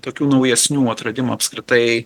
tokių naujesnių atradimų apskritai